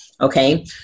okay